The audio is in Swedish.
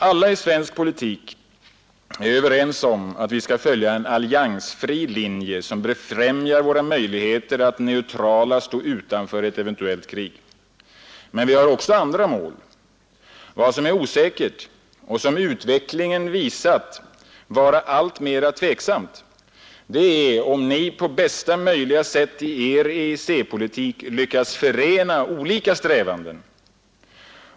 Alla i svensk politik är överens om att vi skall följa en alliansfri linje som befrämjar våra möjligheter att neutrala stå utanför ett eventuellt krig. Men vi har också andra mål. Vad som är osäkert och som utvecklingen visat vara alltmera tveksamt är om Ni på bästa möjliga sätt i Er EEC-politik lyckats förena olika strävanden.